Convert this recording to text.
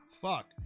Fuck